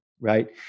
right